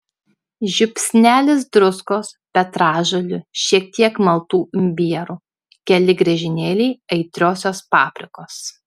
žiupsnelis druskos petražolių šiek tiek maltų imbierų keli griežinėliai aitriosios paprikos